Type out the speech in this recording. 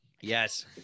Yes